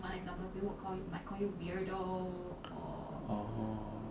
orh